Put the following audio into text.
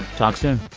talk soon